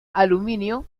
aluminio